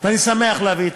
אני שמח להביא את